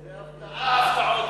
זו הפתעה.